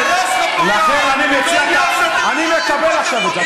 לכן אני מציע, אני מקבל עכשיו את זה.